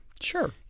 Sure